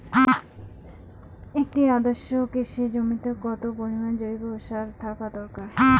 একটি আদর্শ কৃষি জমিতে কত পরিমাণ জৈব সার থাকা দরকার?